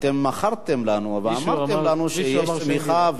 אתם מכרתם לנו ואמרתם לנו שיש צמיחה,